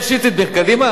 קום תגיד שאתה פורע חוק.